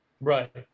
Right